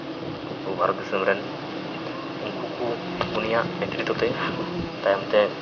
ᱟᱵᱚ ᱵᱷᱟᱨᱚᱛ ᱫᱤᱥᱚᱢ ᱨᱮᱱ ᱩᱱᱠᱩ ᱠᱚ ᱩᱱᱤᱭᱟᱜ ᱱᱮᱛᱨᱤᱛᱚ ᱛᱮ ᱛᱟᱭᱚᱢ ᱛᱮ